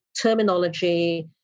terminology